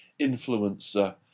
influencer